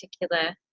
particular